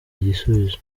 igisubizo